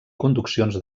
conduccions